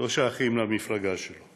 לא שייכים למפלגה שלו.